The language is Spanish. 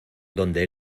donde